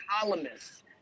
columnists